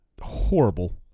horrible